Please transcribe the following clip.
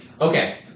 Okay